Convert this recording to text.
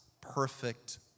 perfect